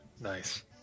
Nice